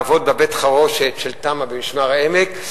לעבוד בבית-החרושת תמ"ה במשמר-העמק,